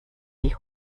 die